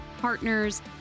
Partners